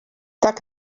tak